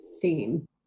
theme